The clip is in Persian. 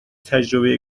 تجربه